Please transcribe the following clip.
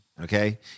Okay